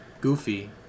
Goofy